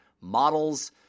models